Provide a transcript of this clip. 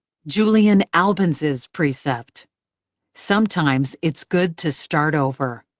julian albans's precept sometimes it's good to start over.